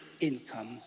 income